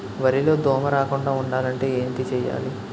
వరిలో దోమ రాకుండ ఉండాలంటే ఏంటి చేయాలి?